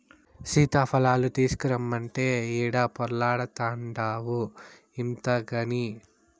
సీతాఫలాలు తీసకరమ్మంటే ఈడ పొర్లాడతాన్డావు ఇంతగని